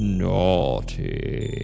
naughty